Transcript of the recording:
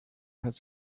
has